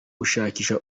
gushakisha